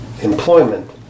employment